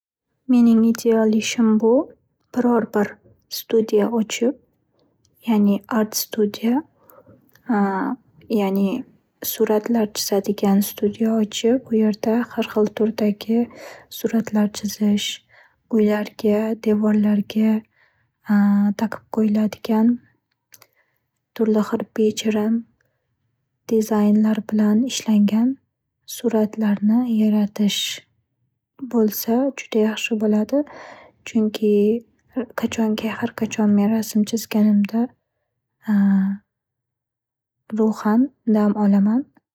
Mening ideal ishim bu, biror bir studiya ochib, ya'ni art studiya ya'ni, suratlar chizadigan studiya ochib, u yerda har xil turdagi suratlar chizish. Uylarga, devorlarga taqib qo'yiladigan turli xil, bejirim dizaynlar bilan ishlangan suratlarni yaratish bo'lsa juda yaxshi bo'ladi. Chunki, qachonki-harqachon men rasm chizganimda ruhan dam olaman.